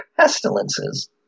pestilences